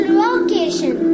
location